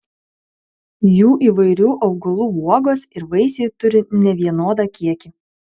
jų įvairių augalų uogos ir vaisiai turi nevienodą kiekį